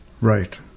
Right